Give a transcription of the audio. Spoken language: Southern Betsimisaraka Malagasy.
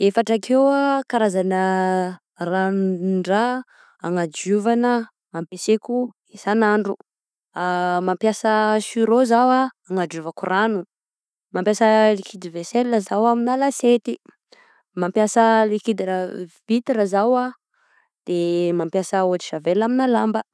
Efatra akeo karazana ranon-draha hanadiovana ampesaiko isanandro, mampiasa sur'eau zaho anadiovako rano, mampiasa liquide vaisselle zaho amina lasiety, mampiasa liquide lav- vitre zaho, de mampiasa eaux de javel amina lamba.